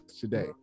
today